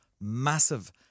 massive